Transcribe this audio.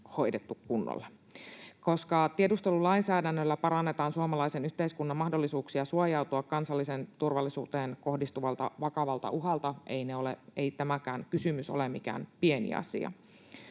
hoidettu kunnolla. Koska tiedustelulainsäädännöllä parannetaan suomalaisen yhteiskunnan mahdollisuuksia suojautua kansalliseen turvallisuuteen kohdistuvalta vakavalta uhalta, ei tämäkään kysymys ole mikään pieni asia.